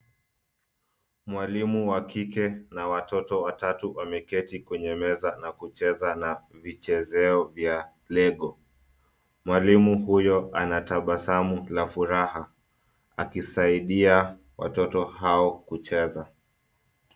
Mwalimu wa kike na watoto watatu wameketi kwenye meza na kucheza na vichezeo vya Lego. Mwalimu huyo anatabasamu la furaha akisaidia watoto hao kucheza.